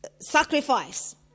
sacrifice